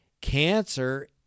Cancer